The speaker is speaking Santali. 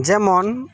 ᱡᱮᱢᱚᱱ